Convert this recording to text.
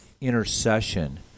intercession